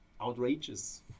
outrageous